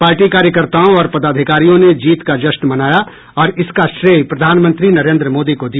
party कार्यकर्ताओं और पदाधिकारियों ने जीत का जश्न मनाया और इसका श्रेय प्रधानमंत्री नरेन्द्र मोदी को दिया